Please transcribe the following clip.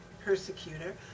persecutor